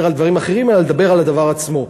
על דברים אחרים אלא לדבר על הדבר עצמו.